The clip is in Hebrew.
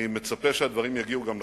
אני מצפה שהדברים יגיעו גם לכנסת.